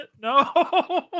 no